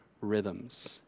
rhythms